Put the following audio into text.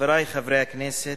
חברי חברי הכנסת,